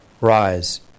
Rise